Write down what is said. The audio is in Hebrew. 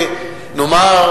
לזה שיום אחד,